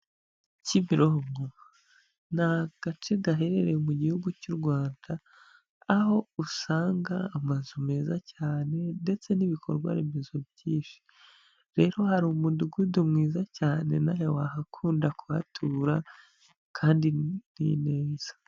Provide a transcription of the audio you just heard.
Kimironko ni agace gaherereye mu gihugu cy'u Rwanda, aho usanga amazu meza cyane ndetse n'ibikorwa remezo byinshi, rero hari umudugudu mwiza cyane na we wahakunda kuhatura kandi ni neza.